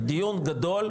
דיון גדול,